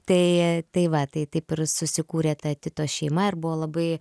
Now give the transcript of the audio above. tai tai va tai taip ir susikūrė ta tito šeima ir buvo labai